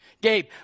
Gabe